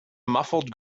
muffled